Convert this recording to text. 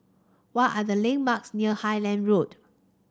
what are the landmarks near Highland Road